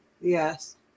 yes